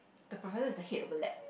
the professor is the head of the lab